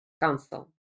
council